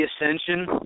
Ascension